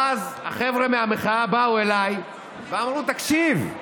ואז, החבר'ה מהמחאה באו אליי ואמרו: תקשיב,